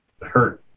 hurt